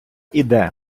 іде